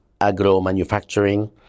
agro-manufacturing